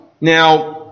Now